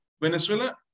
Venezuela